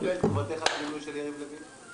תגובתך על המינוי של יריב לוין.